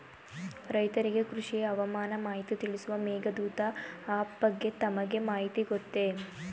ರೈತರಿಗೆ ಕೃಷಿ ಹವಾಮಾನ ಮಾಹಿತಿ ತಿಳಿಸುವ ಮೇಘದೂತ ಆಪ್ ಬಗ್ಗೆ ತಮಗೆ ಮಾಹಿತಿ ಗೊತ್ತೇ?